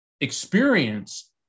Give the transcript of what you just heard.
experience